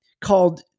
called